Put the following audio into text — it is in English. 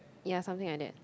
ya something like that